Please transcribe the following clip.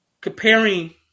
comparing